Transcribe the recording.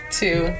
two